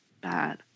bad